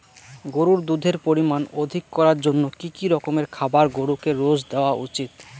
গরুর দুধের পরিমান অধিক করার জন্য কি কি রকমের খাবার গরুকে রোজ দেওয়া উচিৎ?